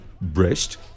breast